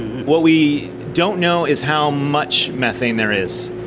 what we don't know is how much methane there is.